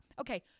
okay